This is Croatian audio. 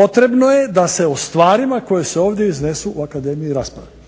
potrebno je da se o stvarima koje se ovdje iznesu u Akademiji rasprave.